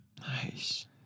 Nice